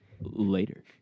later